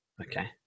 okay